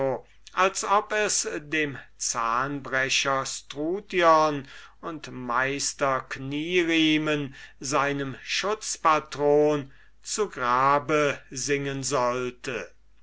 als ob es dem zahnbrecher struthion und meister knieriemen seinem schutzpatron zu grabe singen sollte